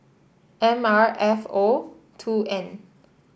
M R F O two N